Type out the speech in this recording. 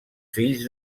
fills